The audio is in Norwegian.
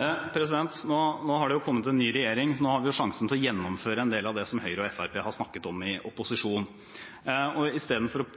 Nå har det jo kommet en ny regjering, så nå har vi sjansen til å gjennomføre en del av det som Høyre og Fremskrittspartiet har snakket om i opposisjon. Og istedenfor å